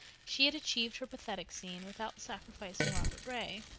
she had achieved her pathetic scene without sacrificing robert ray,